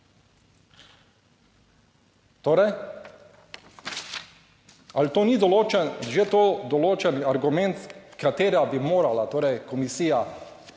ali to ni določen, že to, določen argument, katerega bi morala, torej,